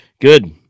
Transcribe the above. Good